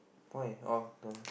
why oh the